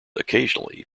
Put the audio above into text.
occasionally